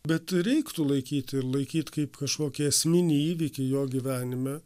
bet reiktų laikyt ir laikyt kaip kažkokį esminį įvykį jo gyvenime